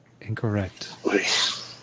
Incorrect